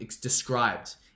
described